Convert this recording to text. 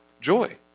joy